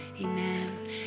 Amen